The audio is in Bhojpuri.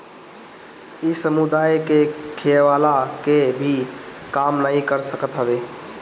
इ समुदाय के खियवला के भी काम नाइ कर सकत हवे